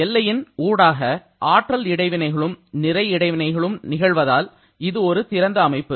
எல்லையின் ஊடாக ஆற்றல் இடைவினைகளும் நிறை இடைவினைகளும் நிகழ்வதால் இது ஒரு திறந்த அமைப்பு